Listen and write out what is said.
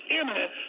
imminent